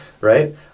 right